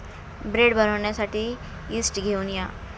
bread बनवण्यासाठी yeast घेऊन या